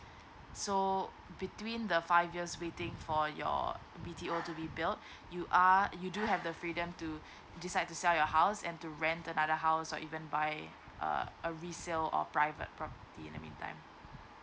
so between the five years waiting for your B_T_O to be built you are you do have the freedom to decide to sell your house and to rent the another house or even buy a a resale or private property at meantime